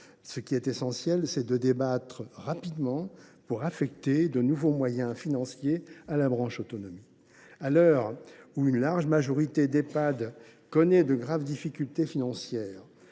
ce qui est essentiel, c’est de débattre, rapidement, pour affecter de nouveaux moyens financiers à la branche autonomie. À l’heure où une large majorité d’Ehpad connaît de graves difficultés financières